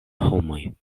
homoj